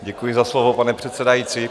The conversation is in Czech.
Děkuji za slovo, pane předsedající.